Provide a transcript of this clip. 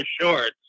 shorts